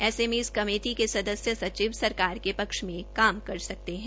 ऐसे मे इस कमेटी के सदस्य सचिव सरकार के पक्ष मे काम कर सकते है